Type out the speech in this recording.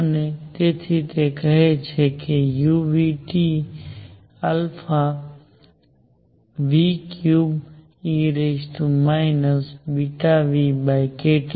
અને તેથી તે કહે છે કે u 3e βνkT